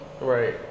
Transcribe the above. Right